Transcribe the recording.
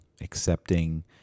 accepting